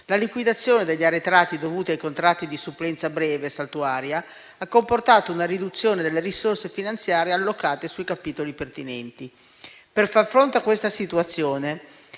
la liquidazione degli arretrati dovuti ai contratti di supplenza breve e saltuaria ha comportato una riduzione delle risorse finanziarie allocate sui capitoli pertinenti. Per far fronte a questa situazione,